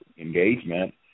engagement